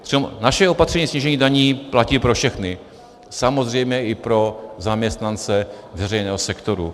Přitom naše opatření ke snížení daní platí pro všechny, samozřejmě i pro zaměstnance veřejného sektoru.